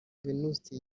venuste